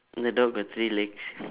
the dog got three legs